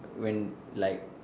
when like